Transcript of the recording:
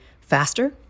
faster